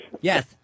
Yes